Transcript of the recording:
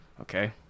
okay